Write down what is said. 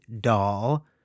doll